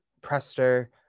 prester